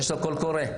יש לו קול קורא,